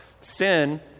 Sin